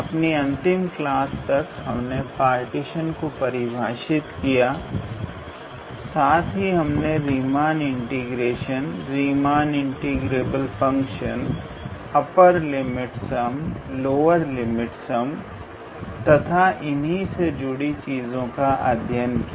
अपनी अंतिम क्लास तक हमने पार्टीशन को परिभाषित किया साथ ही हमने Riemann integration Riemann integrable functions upper limit sum lower limit sum तथा इन्हीं से जुड़ी चीजों का अध्ययन किया